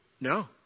No